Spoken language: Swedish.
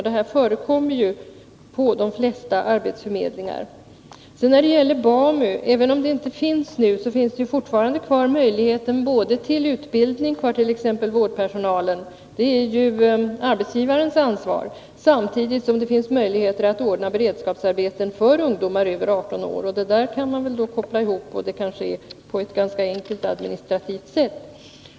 Detta förekommer ju på de flesta arbetsförmedlingar. När det gäller BAMU vill jag säga att även om detta inte finns nu, finns möjligheten fortfarande kvar till utbildning fört.ex. vårdpersonal — det är ju arbetsgivarens ansvar. Samtidigt finns det möjligheter att ordna beredskapsarbeten för ungdomar över 18 år. Det kan man koppla ihop, och det kan ske på ett administrativt ganska enkelt sätt.